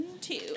Two